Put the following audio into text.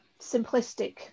simplistic